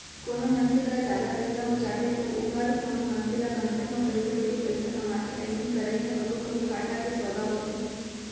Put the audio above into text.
कोनो मनसे करा जादा पइसा हो जाथे तौ वोहर कोनो मनसे ल कन्तर म पइसा देके पइसा कमाथे अइसन करई ह कभू कभू घाटा के सौंदा होथे